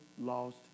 lost